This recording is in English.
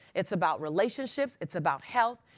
it's about relationships. it's about health.